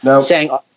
saying-